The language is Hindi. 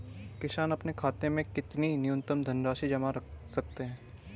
किसान अपने खाते में कितनी न्यूनतम धनराशि जमा रख सकते हैं?